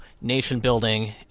nation-building